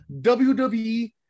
WWE